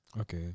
Okay